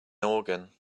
organ